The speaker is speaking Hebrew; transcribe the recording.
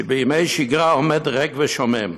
שבימי שגרה עומד ריק ושומם.